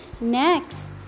next